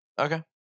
Okay